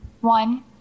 One